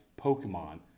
Pokemon